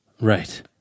Right